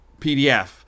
PDF